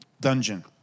dungeon